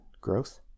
growth